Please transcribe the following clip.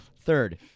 Third